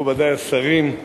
מכובדי השרים,